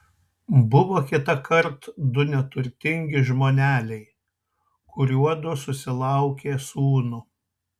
buvo kitąkart du neturtingi žmoneliai kuriuodu susilaukė sūnų